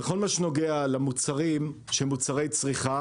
בכל מה שנוגע למוצרים שהם מוצרי צריכה,